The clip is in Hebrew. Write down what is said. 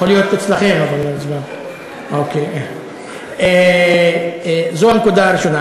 יכול להיות אצלכם, אבל זו הנקודה הראשונה.